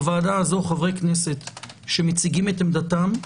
בוועדה הזו חברי כנסת שמציגים את עמדתם,